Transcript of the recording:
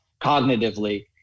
cognitively